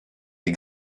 des